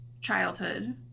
childhood